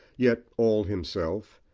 yet all himself,